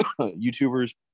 YouTubers